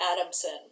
Adamson